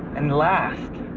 and last,